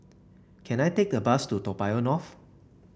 can I take a bus to Toa Payoh North